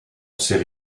sais